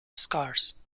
scarce